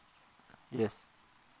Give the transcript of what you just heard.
yes